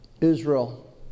Israel